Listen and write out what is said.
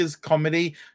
comedy